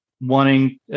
wanting